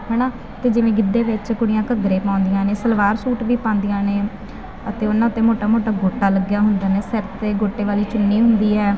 ਹੈ ਨਾ ਅਤੇ ਜਿਵੇਂ ਗਿੱਧੇ ਵਿੱਚ ਕੁੜੀਆਂ ਘੱਗਰੇ ਪਾਉਂਦੀਆਂ ਨੇ ਸਲਵਾਰ ਸੂਟ ਵੀ ਪਾਉਂਦੀਆਂ ਨੇ ਅਤੇ ਉਹਨਾਂ 'ਤੇ ਮੋਟਾ ਮੋਟਾ ਗੋਟਾ ਲੱਗਿਆ ਹੁੰਦਾ ਹੈ ਸਿਰ 'ਤੇ ਗੋਟੇ ਵਾਲੀ ਚੁੰਨੀ ਹੁੰਦੀ ਹੈ